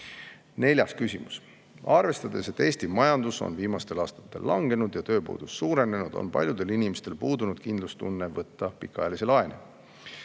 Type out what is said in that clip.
Neljas küsimus: "Arvestades, et Eesti majandus on viimastel aastatel langenud ja tööpuudus suurenenud, on paljudel inimestel puudunud kindlustunne võtta pikaajalisi laene.